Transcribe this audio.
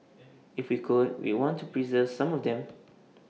if we could we want to preserve some of them